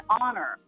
honor